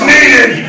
Needed